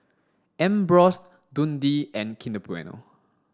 Ambros Dundee and Kinder Bueno